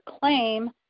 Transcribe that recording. claim